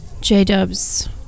J-Dubs